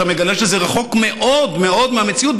אתה מגלה שזה רחוק מאוד מאוד מהמציאות,